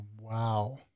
wow